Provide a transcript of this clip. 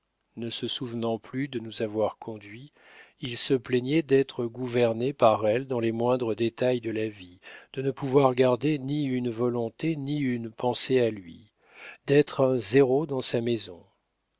ne se souvenant plus de nous avoir conduits il se plaignait d'être gouverné par elle dans les moindres détails de la vie de ne pouvoir garder ni une volonté ni une pensée à lui d'être un zéro dans sa maison